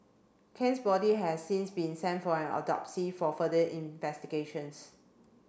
khan's body has since been sent for an autopsy for further investigations